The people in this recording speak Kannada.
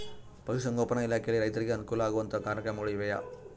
ಪಶುಸಂಗೋಪನಾ ಇಲಾಖೆಯಲ್ಲಿ ರೈತರಿಗೆ ಅನುಕೂಲ ಆಗುವಂತಹ ಕಾರ್ಯಕ್ರಮಗಳು ಇವೆಯಾ?